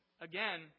again